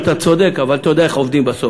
אתה צודק" אבל אתה יודע איך עובדים בסוף,